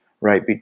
right